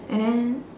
and then